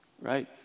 right